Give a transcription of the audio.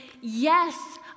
yes